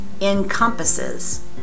encompasses